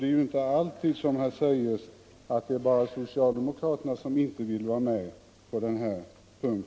Det är således inte alltid, som det här har sagts, bara socialdemokraterna som inte vill vara med om att höja pensionärernas levnadsstandard.